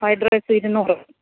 fried rice ഇരുന്നൂറ്